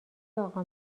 اقا